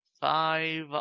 five